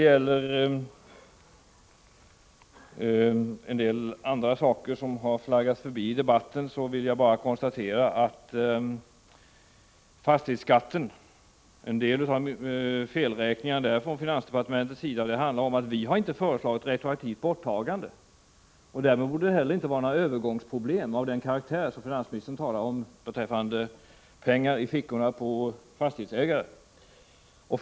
Flera andra saker har fladdrat förbi i debatten, men jag vill bara konstatera att en del av felräkningarna från finansdepartementets sida vad gäller fastighetsskatten beror på en missuppfattning. Vi har inte föreslagit ett retroaktivt borttagande. Därmed borde det heller inte vara några övergångsproblem av karaktären ”pengar i fickorna på fastighetsägare”, som finansministern talade om.